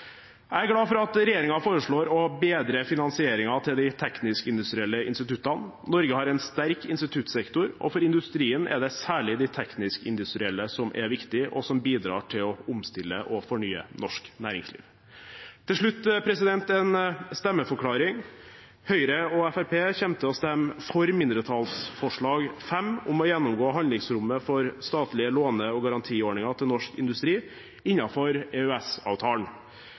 Jeg er glad for at regjeringen foreslår å bedre finansieringen av de teknisk-industrielle instituttene. Norge har en sterk instituttsektor, og for industrien er det særlig de teknisk-industrielle som er viktige, og som bidrar til å omstille og fornye norsk næringsliv. Til slutt en stemmeforklaring: Høyre og Fremskrittspartiet kommer til å stemme for mindretallsforslag nr. 5, om å gjennomgå handlingsrommet for statlige låne- og garantiordninger til norsk industri